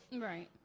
Right